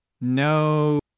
No